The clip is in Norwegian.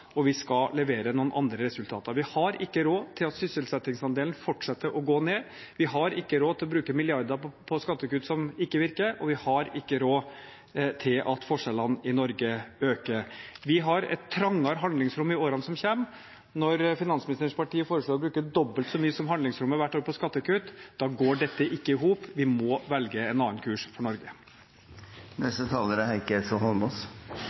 og vi skal levere noen andre resultater. Vi har ikke råd til at sysselsettingsandelen fortsetter å gå ned. Vi har ikke råd til å bruke milliarder på skattekutt som ikke virker, og vi har ikke råd til at forskjellene i Norge øker. Vi har et trangere handlingsrom i årene som kommer. Når finansministerens parti foreslår å bruke dobbelt så mye som handlingsrommet hvert år på skattekutt, går dette ikke i hop – vi må velge en annen kurs for Norge.